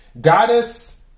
goddess